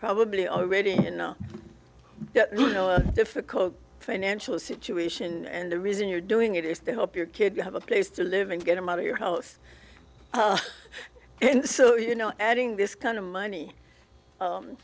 probably already you know difficult financial situation and the reason you're doing it is to help your kid have a place to live and get him out of your house so you know adding this kind of money